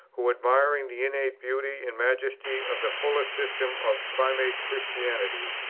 who admiring the innate beauty and majesty of the fuller system of primitive christianity,